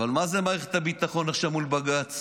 אבל מה זה מערכת הביטחון עכשיו מול בג"ץ?